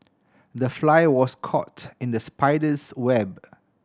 the fly was caught in the spider's web